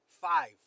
five